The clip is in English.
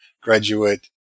graduate